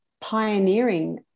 pioneering